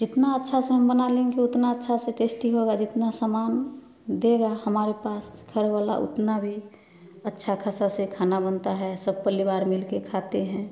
जितना अच्छा से हम बना लेंगे उतना अच्छा से टेस्टी होगा जितना समान देगा हमारे पास घर वाला उतना भी अच्छा खासा से खाना बनता है सब परिवार मिलके खाते हैं